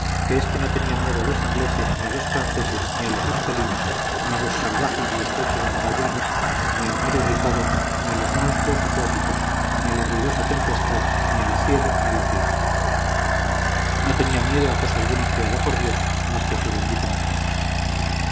que éste no tenía miedo a los ingleses ni a los franceses ni a los argelinos ni a los salvajes del estrecho de magallanes ni al mar irritado ni a los monstruos acuáticos ni a la ruidosa tempestad ni al cielo ni a la tierra no tenía miedo a cosa alguna creada por dios más que a su bendita mujer